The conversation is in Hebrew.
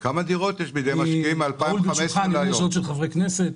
ראול, ברשותך, אני עונה לשאלות של חברי כנסת.